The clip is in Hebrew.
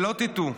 שלא תטעו,